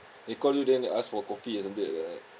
they call you then they ask for coffee isn't it ah